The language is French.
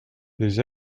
les